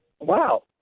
Wow